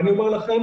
ואני אומר לכם,